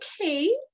okay